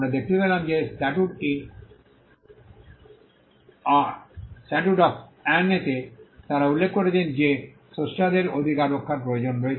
আমরা দেখতে পেলাম যে স্ট্যাটুট অফ অ্যান তে তারা উল্লেখ করেছেন যে স্রষ্টাদের অধিকার রক্ষার প্রয়োজন রয়েছে